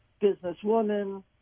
businesswoman